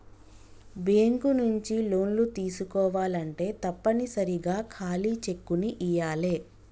bank నుంచి లోన్లు తీసుకోవాలంటే తప్పనిసరిగా ఖాళీ చెక్కుని ఇయ్యాలే